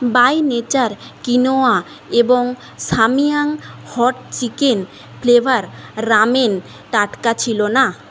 by nature quinoa এবং Samyang hot chicken flavour ramen টাটকা ছিল না